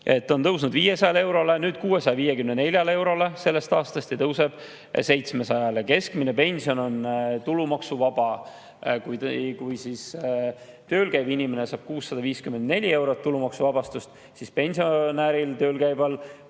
On tõusnud 500 eurole, nüüd 654 eurole sellest aastast ja tõuseb 700-le. Keskmine pension on tulumaksuvaba. Tööl käiv inimene saab 654 eurot tulumaksuvabastust, aga tööl käival